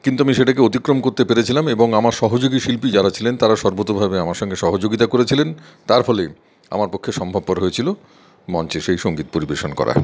কিন্তু আমি সেটাকে অতিক্রম করতে পেরেছিলাম এবং আমার সহযোগী শিল্পী যারা ছিলেন তাঁরা সর্বতোভাবে আমার সঙ্গে সহযোগিতা করেছিলেন তার ফলে আমার পক্ষে সম্ভবপর হয়েছিলো মঞ্চে সেই সঙ্গীত পরিবেশন করা